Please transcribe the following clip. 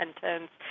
sentence